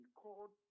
called